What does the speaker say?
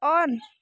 on